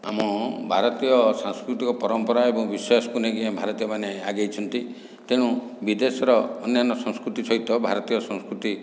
ଆମ ଭାରତୀୟ ସାଂସ୍କୃତିକ ପରମ୍ପରା ଏବଂ ବିଶ୍ୱାସକୁ ନେଇକି ଭାରତୀୟମାନେ ଆଗେଇଛନ୍ତି ତେଣୁ ବିଦେଶର ଅନ୍ୟାନ୍ୟ ସଂସ୍କୃତି ସହିତ ଭାରତୀୟ ସଂସ୍କୃତି